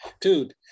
Dude